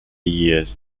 years